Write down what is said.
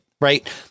Right